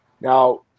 now